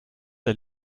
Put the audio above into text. der